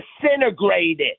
disintegrated